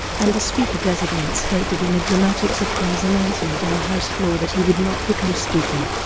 and the speaker-designate stated in a dramatic surprise announcement on the house floor that he would not become speaker,